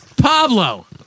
Pablo